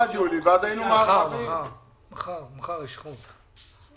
מחר יש חוק.